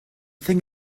thing